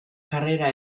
karrera